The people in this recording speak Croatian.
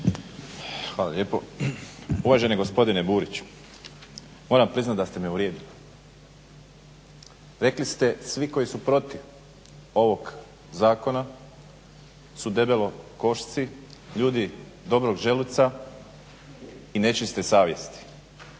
Hvala lijepa. Uvaženi gospodine Burić, moram priznat da ste me uvrijedili. Rekli ste svi koji su protiv ovog zakona su debelokošci, ljudi dobrog želuca i nečiste savjesti.